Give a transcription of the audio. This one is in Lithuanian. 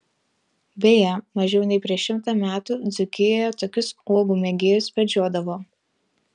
beje mažiau nei prieš šimtą metų dzūkijoje tokius uogų mėgėjus medžiodavo